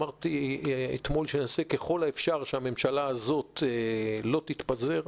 אמרתי אתמול שנעשה ככל האפשר שהממשלה הזאת לא תתפזר,